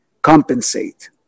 compensate